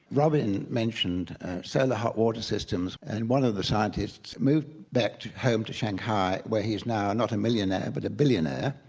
robyn mentioned solar hot water systems and one of the scientists moved back home to shanghai where he's now not a millionaire but a billionaire.